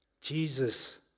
Jesus